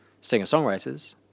singer-songwriters